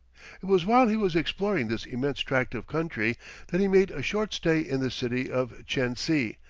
it was while he was exploring this immense tract of country that he made a short stay in the city of tchensi,